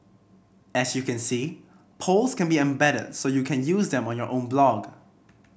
as you can see polls can be embedded so you can use them on your own blog